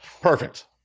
Perfect